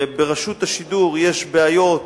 ברשות השידור יש בעיות